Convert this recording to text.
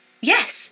Yes